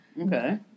Okay